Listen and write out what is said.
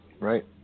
right